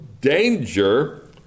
danger